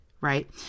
right